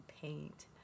paint